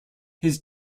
his